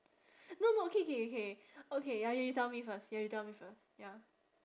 no no okay K K okay ya you tell me first ya you tell me first ya